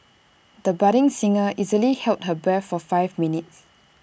the budding singer easily held her breath for five minutes